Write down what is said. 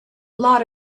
lot